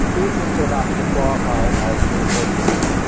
isn't enough to qualify as being virtuous.